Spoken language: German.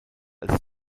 als